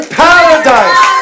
paradise